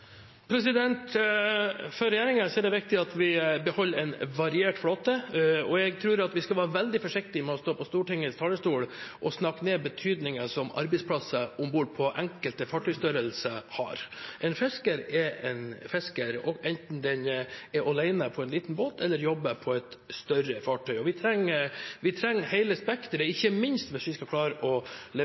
For regjeringen er det viktig at vi beholder en variert flåte. Jeg tror vi skal være veldig forsiktige med å stå på Stortingets talerstol og snakke ned betydningen som arbeidsplasser om bord på enkelte fartøystørrelser har. En fisker er en fisker, enten man er alene på en liten båt eller jobber på et større fartøy, og vi trenger hele spekteret, ikke minst hvis vi skal klare å